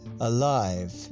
alive